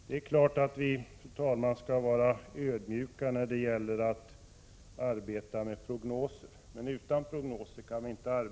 Det är klart att vi, fru talman, skall vara ödmjuka då det gäller arbetet med prognoser, för vi kan inte vara utan prognoser.